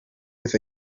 with